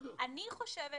אני חושבת